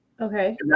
Okay